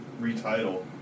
retitle